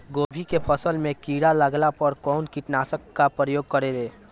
गोभी के फसल मे किड़ा लागला पर कउन कीटनाशक का प्रयोग करे?